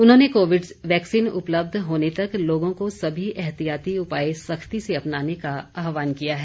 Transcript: उन्होंने Covid vaccine उपलब्ध होने तक लोगों को सभी एहतियाती उपाय सख्ती से अपनाने का आह्वान किया है